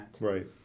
Right